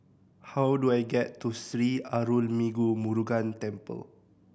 how do I get to Sri Arulmigu Murugan Temple